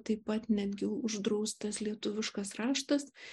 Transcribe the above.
taip pat netgi uždraustas lietuviškas raštas